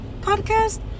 podcast